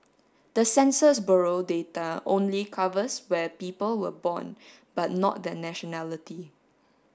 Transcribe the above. the Census Bureau data only covers where people were born but not their nationality